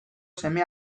seme